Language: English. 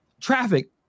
traffic